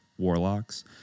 Warlocks